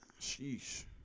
Sheesh